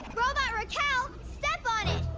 robot raquel, step on it!